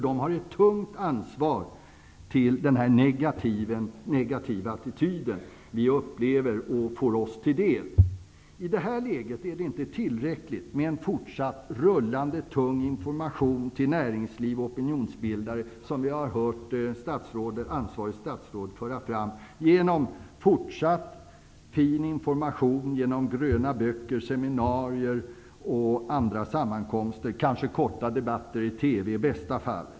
De har ett tungt ansvar när det gäller den negativa attityden vi får oss till del. I det här läget är det inte tillräckligt med en fortsatt ''rullande'' tung information till näringsliv och opinionsbildare, som vi har hört ansvarigt statsråd föra fram -- med hjälp av gröna böcker, seminarier, andra sammankomster etc. och kanske korta debatter i TV.